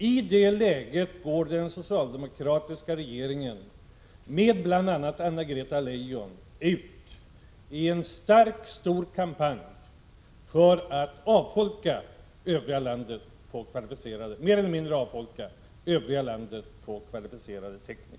I det läget går den socialdemokratiska regeringen, med bl.a. Anna-Greta Leijon, ut i en stor kampanj för att mer eller mindre avfolka övriga landet på kvalificerade tekniker.